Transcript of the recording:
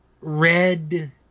red